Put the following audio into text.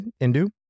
Indu